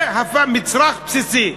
זה מצרך בסיסי.